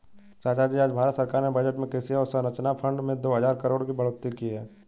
चाचाजी आज भारत सरकार ने बजट में कृषि अवसंरचना फंड में दो हजार करोड़ की बढ़ोतरी की है